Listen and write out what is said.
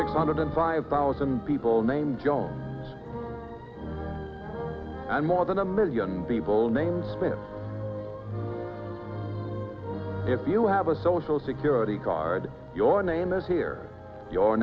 six hundred and five thousand people named john and more than a million people named spin if you have a social security card your name is here your